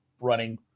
running